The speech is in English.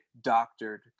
doctored